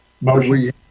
Motion